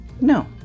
no